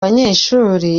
banyeshuri